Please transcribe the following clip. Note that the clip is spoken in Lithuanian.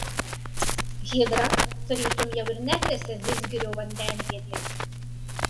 hidra tarytum jau ir negresia vidzgirio vandenvietei